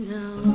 now